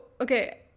Okay